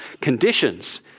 conditions